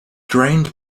drained